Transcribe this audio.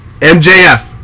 MJF